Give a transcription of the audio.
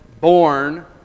born